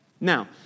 Now